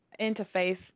interface